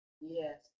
Yes